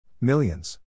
Millions